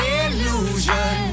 illusion